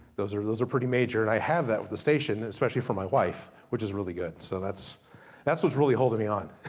those are those are pretty major. and i have that with the station. especially for my wife. which is really good. so that's that's what's really holding me on.